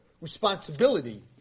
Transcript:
responsibility